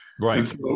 Right